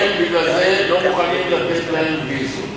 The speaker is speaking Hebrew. אני רק, בגלל זה הם לא מוכנים לתת להם ויזות.